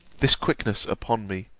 this quickness upon me,